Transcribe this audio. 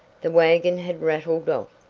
the wagon had rattled off,